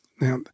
Now